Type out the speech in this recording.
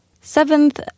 Seventh